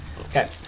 Okay